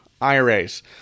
IRAs